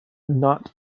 not